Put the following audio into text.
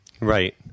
right